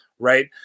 Right